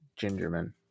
Gingerman